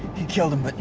he killed him, but